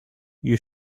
you